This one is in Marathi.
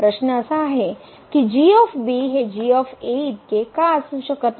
प्रश्न असा आहे की इतके का असू शकत नाही